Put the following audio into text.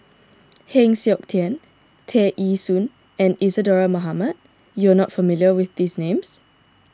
Heng Siok Tian Tear Ee Soon and Isadhora Mohamed you are not familiar with these names